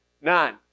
None